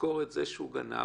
לזכור את זה שהוא גנב?